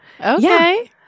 Okay